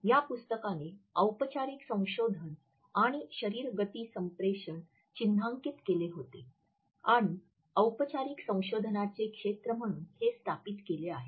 या पुस्तकाने औपचारिक संशोधन आणि शरीर गती संप्रेषण चिन्हांकित केले होते आणि औपचारिक संशोधनाचे क्षेत्र म्हणून हे स्थापित केले आहे